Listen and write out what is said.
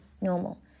normal